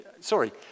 Sorry